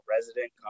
resident